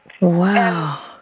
wow